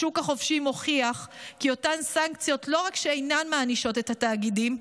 השוק החופשי מוכיח כי אותן סנקציות לא רק שאינן מענישות את התאגידים,